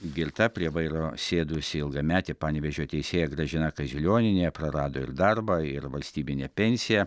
girta prie vairo sėdusi ilgametė panevėžio teisėja gražina kazilionienė prarado ir darbą ir valstybinę pensiją